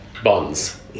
Bonds